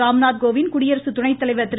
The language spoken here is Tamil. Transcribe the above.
ராம்நாத் கோவிந்த் குடியரசு துணைத்தலைவர் திரு